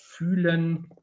fühlen